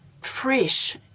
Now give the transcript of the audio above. fresh